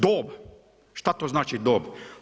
Dob, šta to znači dob?